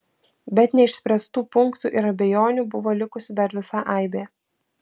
bet neišspręstų punktų ir abejonių buvo likusi dar visa aibė